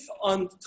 on